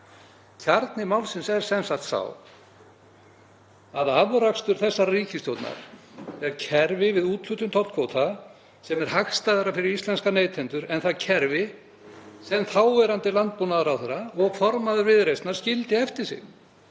Kjarni málsins er sá að afrakstur þessarar ríkisstjórnar er kerfi við úthlutun tollkvóta sem er hagstæðara fyrir íslenska neytendur en það kerfi sem þáverandi landbúnaðarráðherra og formaður Viðreisnar skildi eftir sig.